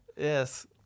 Yes